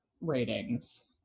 ratings